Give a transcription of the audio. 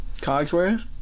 cogsworth